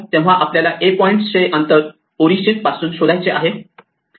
तेव्हा आपल्याला point a चे अंतर ओरिजिन पासून शोधायचे आहे